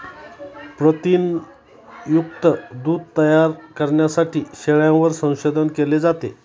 प्रथिनयुक्त दूध तयार करण्यासाठी शेळ्यांवर संशोधन केले जाते